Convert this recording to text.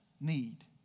need